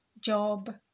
job